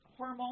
hormonal